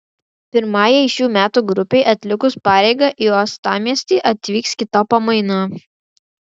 pirmajai šių metų grupei atlikus pareigą į uostamiestį atvyks kita pamaina